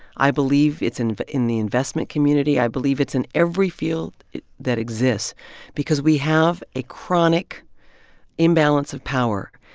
i believe it's in in the investment community. i believe it's in every field that exists because we have a chronic imbalance of power.